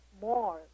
more